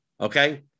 Okay